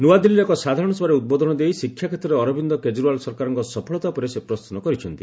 ନୂଆଦିଲ୍ଲୀରେ ଏକ ସାଧାରଣ ସଭାରେ ଉଦ୍ବୋଧନ ଦେଇ ଶିକ୍ଷା କ୍ଷେତ୍ରରେ ଅରବିନ୍ଦ କେଜରିୱାଲ ସରକାରଙ୍କ ସଫଳତା ଉପରେ ସେ ପ୍ରଶ୍ମ କରିଛନ୍ତି